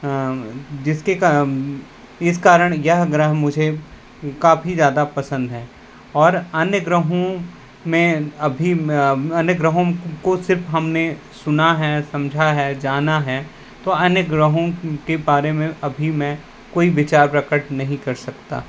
जिस कार इस कारण यह ग्रह मुझे काफ़ी ज़्यादा पसंद है और अन्य ग्रहों में अभी अन्य ग्रहों में को सिर्फ हमने सुना है समझा है जाना है तो अन्य ग्रहों के बारे में अभी मैं कोई विचार प्रकट नहीं कर सकता